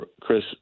Chris